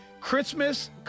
christmas